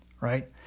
right